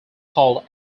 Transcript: called